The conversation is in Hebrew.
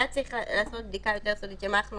היה צריך לעשות בדיקה יותר יסודית של מה אנחנו